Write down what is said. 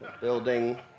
building